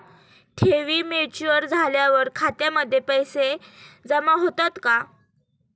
ठेवी मॅच्युअर झाल्यावर खात्यामध्ये पैसे जमा होतात का?